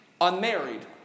unmarried